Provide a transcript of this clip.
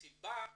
הבנתי שהסיבה